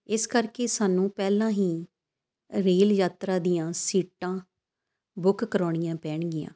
ਇਸ ਕਰਕੇ ਸਾਨੂੰ ਪਹਿਲਾਂ ਹੀ ਰੇਲ ਯਾਤਰਾ ਦੀਆਂ ਸੀਟਾਂ ਬੁੱਕ ਕਰਵਾਉਣੀਆਂ ਪੈਣਗੀਆਂ